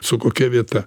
su kokia vieta